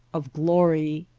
of glory.